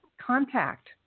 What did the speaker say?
contact